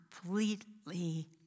completely